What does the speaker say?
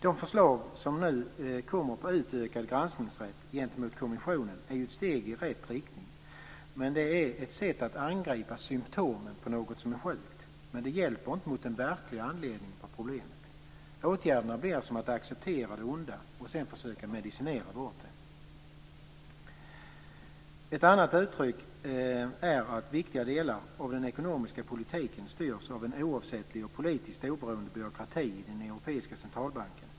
De förslag som nu kommer om en utökad granskningsrätt gentemot kommissionen är ett steg i rätt riktning, men det handlar om ett sätt att angripa symtomen på sjukdomen. Men det hjälper inte mot det verkliga problemet. Med dessa åtgärder blir det som att man får acceptera det onda och försöka medicinera bort det. Ett annat uttryck är att viktiga delar av den ekonomiska politiken styrs av en oavsättlig och politiskt oberoende byråkrati i den europeiska centralbanken.